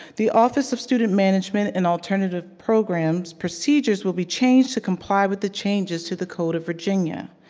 the office of student management and alternative programs procedures will be changed to comply with the changes to the code of virginia.